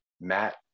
Matt